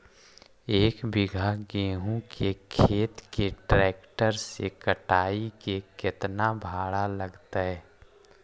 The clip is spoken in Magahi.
एक बिघा गेहूं के खेत के ट्रैक्टर से कटाई के केतना भाड़ा लगतै?